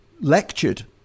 lectured